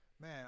Man